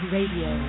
Radio